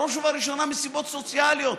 בראש ובראשונה מסיבות סוציאליות,